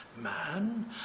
man